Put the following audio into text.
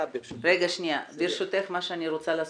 רוצה לעשות,